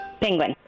penguin